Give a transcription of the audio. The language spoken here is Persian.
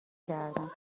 کردم